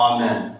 Amen